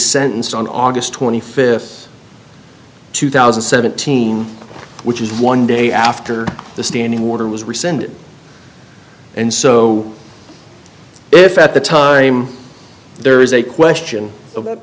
sentenced on august twenty fifth two thousand and seventeen which is one day after the standing water was rescinded and so if at the time there is a question